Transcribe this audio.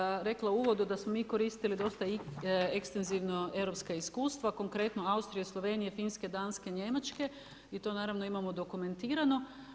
Da, ja sam rekla u uvodu da smo mi koristili dosta ekstenzivno europska iskustva konkretno od Austrije, Slovenije, Finske, Danske, Njemačke i to naravno imamo dokumentirano.